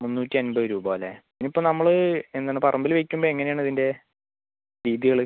മുന്നൂറ്റി അൻപത് രൂപ അല്ലേ ഇത് ഇപ്പോൾ നമ്മൾ എന്താണ് പറമ്പിൽ വെയ്ക്കുമ്പോൾ എങ്ങനെയാണ് ഇതിൻ്റെ രീതികൾ